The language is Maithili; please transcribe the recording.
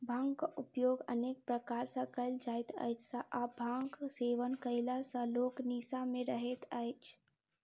भांगक उपयोग अनेक प्रकार सॅ कयल जाइत अछि आ भांगक सेवन कयला सॅ लोक निसा मे रहैत अछि